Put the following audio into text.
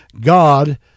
God